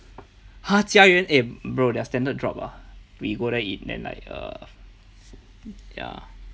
!huh! 佳园 eh bro their standard drop ah we go there eat then like err ya